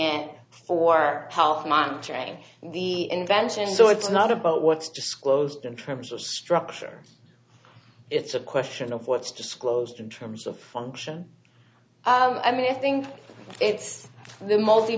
it for health monitoring the invention so it's not about what's disclosed in terms of structure it's a question of what's disclosed to terms of function i mean i think it's the multi